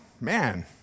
man